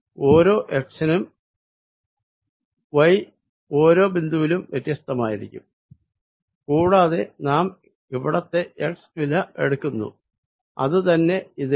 ഓരോ x നും y ഓരോ ബിന്ദുവിലും വ്യത്യസ്തമായിരിക്കും കൂടാതെ നാം ഇവിടത്തെ x വില എടുക്കുന്നു അത് തന്നെ ഇതിനും